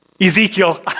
Ezekiel